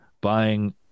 buying